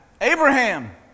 Abraham